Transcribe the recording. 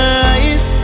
eyes